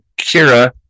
Kira